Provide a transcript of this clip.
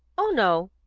oh no!